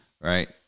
right